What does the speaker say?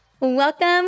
Welcome